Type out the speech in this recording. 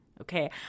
Okay